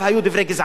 המעשים,